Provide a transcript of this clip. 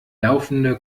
laufende